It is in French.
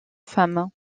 femme